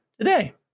today